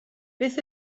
beth